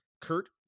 Kurt